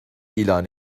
ilan